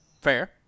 Fair